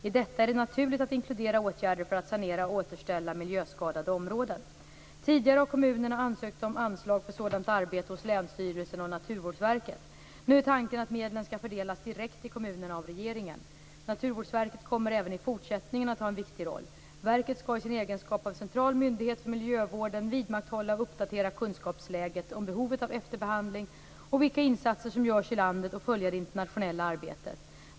I detta är det naturligt att inkludera åtgärder för att sanera och återställa miljöskadade områden. Tidigare har kommunerna ansökt om anslag för sådant arbete hos länsstyrelsen och Naturvårdsverket. Nu är tanken att medlen skall fördelas direkt till kommunerna av regeringen. Naturvårdsverket kommer även i fortsättningen att ha en viktig roll. Verket skall i sin egenskap av central myndighet för miljövården vidmakthålla och uppdatera kunskapsläget om behovet av efterbehandling och vilka insatser som görs i landet och följa det internationella arbetet.